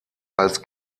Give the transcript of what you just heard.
als